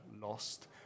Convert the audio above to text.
lost